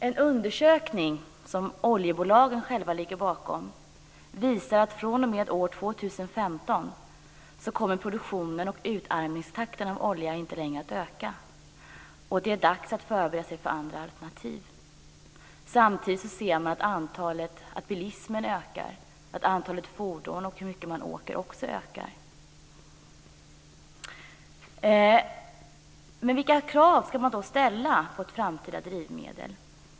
En undersökning som oljebolagen själva ligger bakom visar att från 2015 kommer produktionen av och utarmningstakten på olja inte längre att öka. Det är dags att förbereda sig för andra alternativ. Samtidigt ser man att bilismen ökar. Antalet fordon och bilåkandet ökar också. Vilka krav ska man då ställa på ett framtida drivmedel?